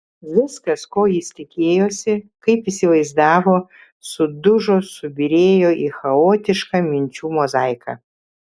viskas ko jis tikėjosi kaip įsivaizdavo sudužo subyrėjo į chaotišką minčių mozaiką